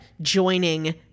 joining